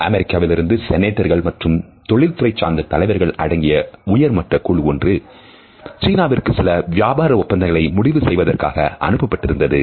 அமெரிக்காவிலிருந்து செனட்டர்கள் மற்றும் தொழில்துறை சார்ந்த தலைவர்கள் அடங்கிய உயர்மட்டக் குழு ஒன்று சீனாவிற்கு சில வியாபார ஒப்பந்தங்களை முடிவு செய்வதற்காக அனுப்பப்பட்டிருந்தது